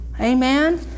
Amen